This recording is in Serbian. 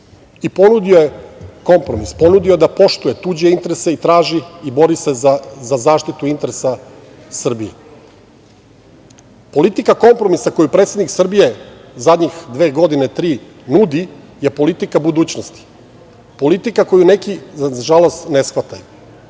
Ponudio je kompromis - da poštuje tuđe interese i traži i bori se za zaštitu interesa Srbije. Politika kompromisa koju predsednik Srbije zadnjih dve-tri godine nudi je politika budućnosti, politika koju neki, nažalost, ne shvataju.